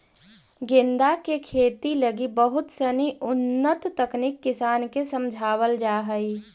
गेंदा के खेती लगी बहुत सनी उन्नत तकनीक किसान के समझावल जा हइ